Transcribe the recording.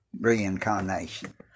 reincarnation